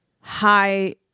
High